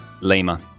Lima